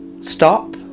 stop